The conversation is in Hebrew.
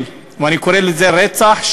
ואני קורא לזה רצח,